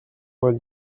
vingt